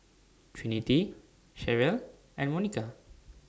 Trinity Cherelle and Monica